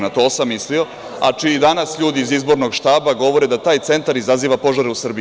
Na to sam mislio, a čiji danas ljudi iz izbornog štaba govore da taj centar izaziva požare u Srbiji.